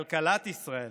כלכלת ישראל